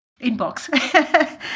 inbox